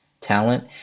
talent